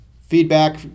Feedback